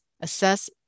assess